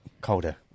colder